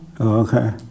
Okay